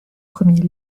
premiers